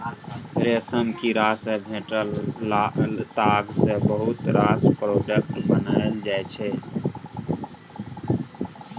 रेशमक कीड़ा सँ भेटल ताग सँ बहुत रास प्रोडक्ट बनाएल जाइ छै